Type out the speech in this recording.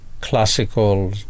classical